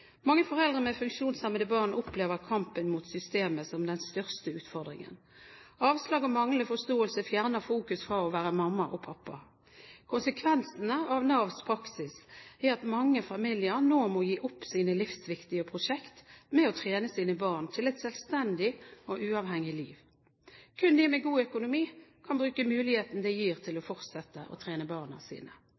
Mange foreldre med funksjonshemmede barn opplever kampen mot systemet som den største utfordringen. Avslag og manglende forståelse fjerner fokus fra å være mamma og pappa. Konsekvensene av Navs praksis er at mange familier nå må gi opp sine livsviktige prosjekt med å trene sine barn til et selvstendig og uavhengig liv. Kun de med god økonomi kan bruke muligheten det gir til å fortsette å trene barna sine.